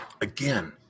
Again